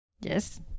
Yes